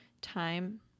time